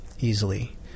easily